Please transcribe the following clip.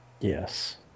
Yes